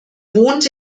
wohnte